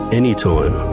anytime